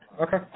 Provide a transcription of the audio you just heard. Okay